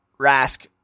Rask